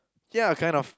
yeah kind of